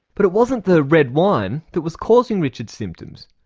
but it wasn't the red wine that was causing richard's symptoms,